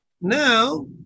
Now